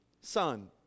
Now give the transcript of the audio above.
son